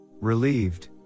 relieved